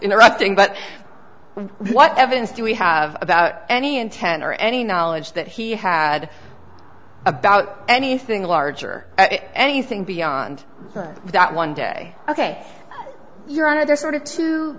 interrupting but what evidence do we have about any intent or any knowledge that he had about anything larger and anything beyond that one day ok you're out of t